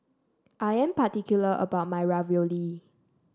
I am particular about my Ravioli